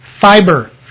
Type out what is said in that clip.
fiber